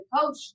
coach